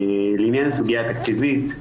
לעניין הסוגיה התקציבית,